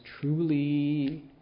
truly